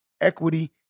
equity